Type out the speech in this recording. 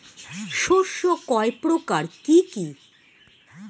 শস্য কয় প্রকার কি কি?